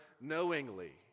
knowingly